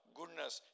goodness